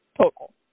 Total